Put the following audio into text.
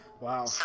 Wow